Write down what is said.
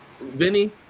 Vinny